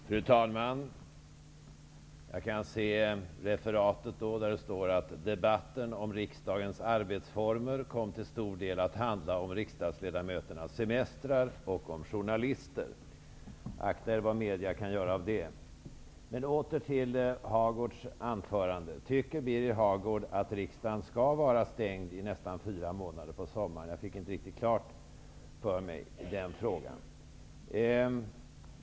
Fru talman! Jag kan se referatet: ''Debatten om riksdagens arbetsformer kom till stor del att handla om riksdagsledamöternas semestrar och om journalister.'' Akta er vad media kan göra av detta! Åter till Hagårds anförande. Tycker Birger Hagård att riksdagen skall vara stängd i nästan fyra månader under sommaren? Jag fick inte riktigt klart för mig svaret på den frågan.